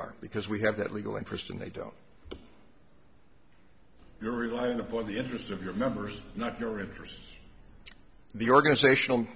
are because we have that legal interest and they don't you're relying upon the interests of your members not your interests the organizational